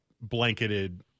blanketed –